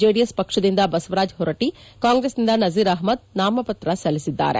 JDS ಪಕ್ಷದಿಂದ ಬಸವರಾಜ್ ಹೊರಟ್ಲಿ ಕಾಂಗ್ರೆಸ್ನಿಂದ ನಸೀರ್ ಅಪಮದ್ ನಾಮಪತ್ರ ಸಲ್ಲಿಸಿದ್ದಾರೆ